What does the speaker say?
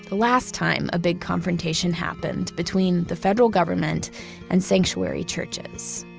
the last time a big confrontation happened between the federal government and sanctuary churches